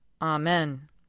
Amen